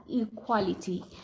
equality